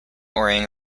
worrying